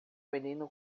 menino